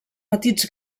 petits